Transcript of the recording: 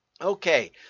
Okay